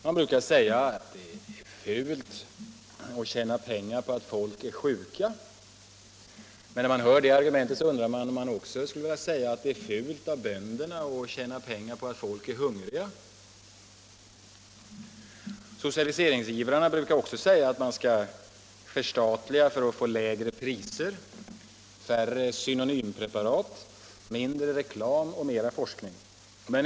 Man brukar säga att det är ”fult att tjäna pengar på att människor är sjuka”. När man hör det argumentet undrar jag om man också skulle vilja säga att det är fult av bönderna att tjäna pengar på att människor är hungriga. Socialiseringsivrarna brukar också säga att man skall förstatliga för att få lägre priser, färre synonympreparat, mindre reklam och mera forskning.